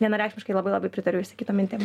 vienareikšmiškai labai labai pritariu išsakytom mintim